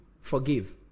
forgive